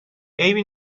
عیبی